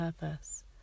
purpose